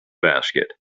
basket